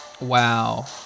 Wow